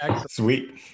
sweet